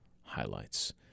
highlights